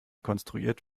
konstruiert